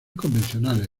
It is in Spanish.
convencionales